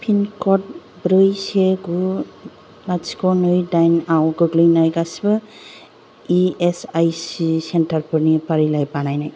pin code ब्रै से गु लाथिख' नै दाइनआव गोग्लैनाय गासिबो E S I C centre फोरनि फारिलाइ बानाय